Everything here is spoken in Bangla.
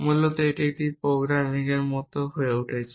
মূলত একটি প্রোগ্রামিং ভাষার মত হয়ে উঠেছে